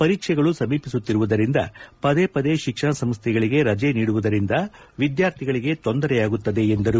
ಪರೀಕ್ಷೆಗಳು ಸಮೀಪಿಸುತ್ತಿರುವುದರಿಂದ ಪದೇ ಪದೇ ಶಿಕ್ಷಣ ಸಂಸ್ಥೆಗಳಿಗೆ ರಜೆ ನೀಡುವುದರಿಂದ ವಿದ್ಯಾರ್ಥಿಗಳಿಗೆ ತೊಂದರೆಯಾಗುತ್ತದೆ ಎಂದರು